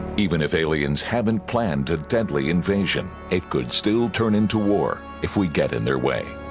even if aliens haven't planned to deadly invasion it could still turn into war if we get in their way